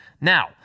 Now